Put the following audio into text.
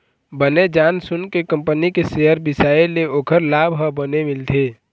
बने जान सून के कंपनी के सेयर बिसाए ले ओखर लाभ ह बने मिलथे